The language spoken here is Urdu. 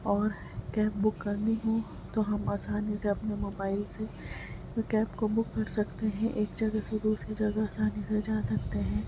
اور کیب بُک کرنی ہو تو ہم آسانی سے اپنے موبائل سے کیب کو بُک کر سکتے ہیں ایک جگہ سے دوسری جگہ آسانی سے جا سکتے ہیں